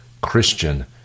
Christian